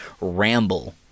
ramble